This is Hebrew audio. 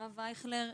הרב אייכלר,